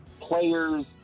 players